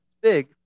big